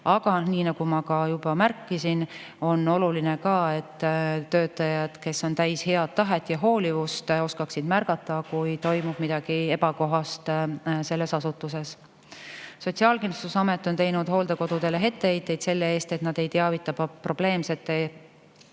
Aga nagu ma juba märkisin, on oluline ka, et töötajad, kes on täis head tahet ja hoolivust, oskaksid märgata, kui asutuses toimub midagi ebakohast. Sotsiaalkindlustusamet on teinud hooldekodudele etteheiteid selle eest, et nad ei teavita probleemsete